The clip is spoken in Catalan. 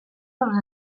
dels